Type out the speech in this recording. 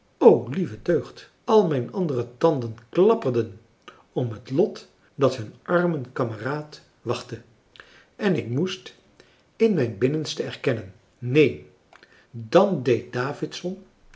lieve deugd al mijn andere tanden klapperden om het lot dat hun armen kameraad wachtte en ik moest in mijn binnenste erkennen neen dan deed davidson